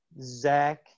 Zach –